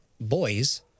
Boys